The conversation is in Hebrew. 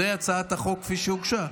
זו הצעת החוק, כפי שהוגשה.